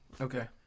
Okay